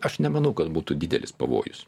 aš nemanau kad būtų didelis pavojus